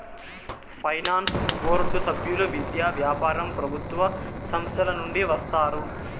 finance board సభ్యులు విద్య, వ్యాపారం ప్రభుత్వ సంస్థల నుండి వస్తారు